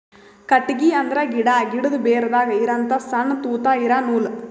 ಕಟ್ಟಿಗಿ ಅಂದ್ರ ಗಿಡಾ, ಗಿಡದು ಬೇರದಾಗ್ ಇರಹಂತ ಸಣ್ಣ್ ತೂತಾ ಇರಾ ನೂಲ್